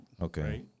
Okay